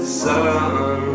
sun